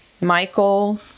Michael